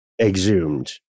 exhumed